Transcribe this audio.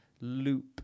loop